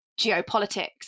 geopolitics